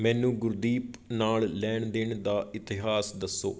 ਮੈਨੂੰ ਗੁਰਦੀਪ ਨਾਲ ਲੈਣ ਦੇਣ ਦਾ ਇਤਿਹਾਸ ਦੱਸੋ